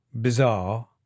bizarre